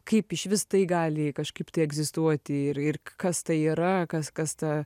kaip išvis tai gali kažkaip tai egzistuoti ir ir kas tai yra kas kas ta